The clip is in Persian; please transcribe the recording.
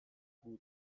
بود